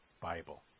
Bible